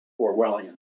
Orwellian